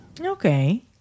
Okay